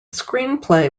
screenplay